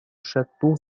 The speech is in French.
château